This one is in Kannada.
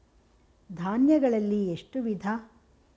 ಧಾನ್ಯಗಳಲ್ಲಿ ಎಷ್ಟು ವಿಧ?